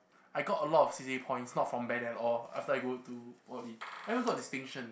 I got a lot of C_C_A points not from band at all after I go to poly I even got distinction